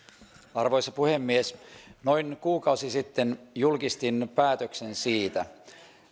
arvoisa puhemies noin kuukausi sitten julkistin päätöksen siitä